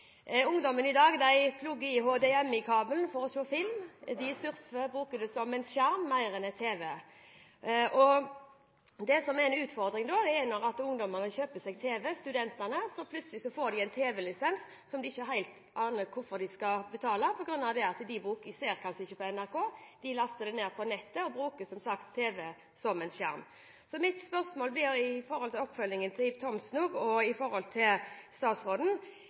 Ungdommen i dag plugger inn HDMI-kabelen for å se film. De surfer og bruker tv-en som en skjerm – mer enn som en tv. Det som er en utfordring, er at når ungdommen – studentene – kjøper seg tv, må de betale en tv-lisens som de ikke helt vet hvorfor de skal betale. De ser kanskje ikke på NRK, men laster ned på nettet og bruker tv-en, som sagt, som en skjerm. Mitt spørsmål er – som en oppfølging av representanten Thomsens spørsmål til statsråden: